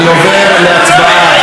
עובר להצבעה.